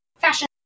Fashion